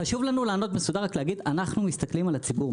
חשוב לנו לענות מסודר ולהגיד שאנחנו מסתכלים על הציבור.